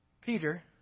Peter